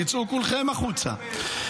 תצאו כולכם החוצה.